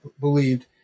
believed